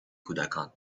کودکان